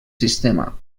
sistema